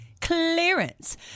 clearance